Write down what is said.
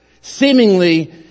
Seemingly